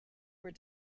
were